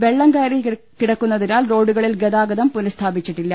വെള്ളം കയറി കിടക്കുന്നതിനാൽ റോഡുകളിൽ ഗതാഗതം പുനസ്ഥാപിച്ചിട്ടില്ല